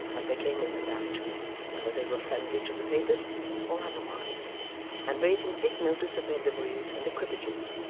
as they came in and out whether they were friendly to the papists or otherwise and bade him take notice of their liveries and equipages,